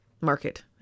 market